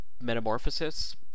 metamorphosis